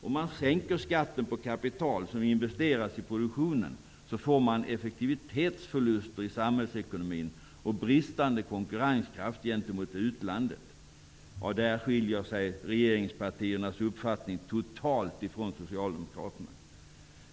Om man sänker skatten på kapital som investerats i produktionen får man alltså effektivitetsförluster i samhällsekonomin och bristande konkurrenskraft gentemot utlandet. Där skiljer sig regeringspartiernas uppfattning totalt ifrån Socialdemokraternas.